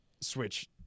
switch